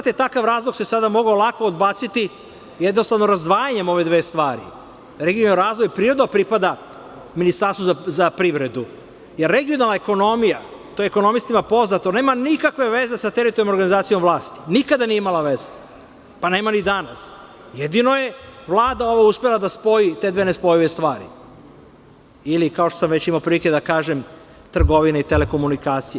Takav razlog se sada mogao lako odbaciti, jednostavno razdvajanjem ove dve stvari, regionalni razvoj prirodno pripada Ministarstvu za privredu, jer regionalna ekonomija, to je ekonomistima poznato, nema nikakve veze sa teritorijalnom organizacijom vlasti, nikada nije imala veze, pa nema ni danas, jedino je Vlada ovo uspela da spoji, te dve nespojive stvari ili kao što sam već imao prilike da kažem, trgovinu i telekomunikacije.